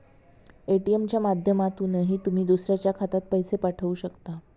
ATM च्या माध्यमातूनही तुम्ही दुसऱ्याच्या खात्यात पैसे पाठवू शकता